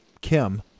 Kim